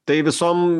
tai visom